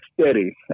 steady